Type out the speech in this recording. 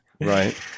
right